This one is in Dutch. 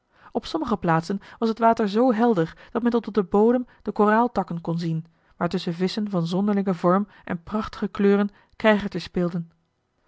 op sommige plaatsen was het water zoo helder dat men tot op den bodem de koraaltakken kon zien waartusschen visschen van zonderlingen vorm en prachtige kleuren krijgertje speelden